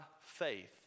faith